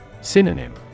Synonym